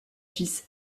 fils